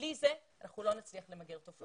בלי זה לא נצליח למגר את התופעה.